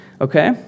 Okay